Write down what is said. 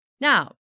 Now